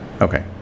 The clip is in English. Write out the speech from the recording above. Okay